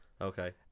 Okay